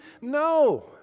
No